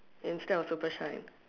instead of super shine